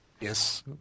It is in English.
Yes